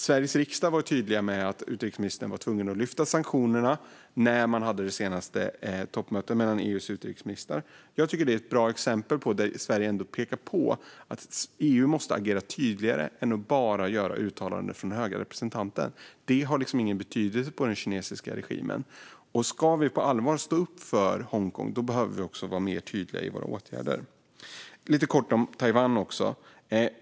Sveriges riksdag var tydlig med att utrikesministern vid det senaste toppmötet mellan EU:s utrikesministrar var tvungen att arbeta för att lyfta sanktionerna. Det är ett bra exempel på att Sverige ändå pekar på att EU måste agera tydligare än genom att bara göra uttalanden genom den höge representanten. Det har nämligen ingen betydelse för den kinesiska regimen. Ska vi på allvar stå upp för Hongkong behöver vi vara tydligare i våra åtgärder. Jag vill säga något lite kort om Taiwan.